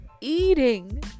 eating